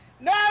No